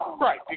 Right